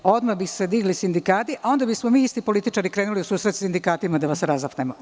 Odmah bi se digli sindikati, a onda bi smo mi političari krenuli u susret sindikatima da vas razapnemo.